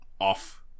off